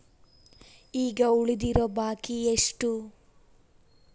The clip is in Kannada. ಈಗ ಉಳಿದಿರೋ ಬಾಕಿ ಎಷ್ಟು?